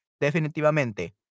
Definitivamente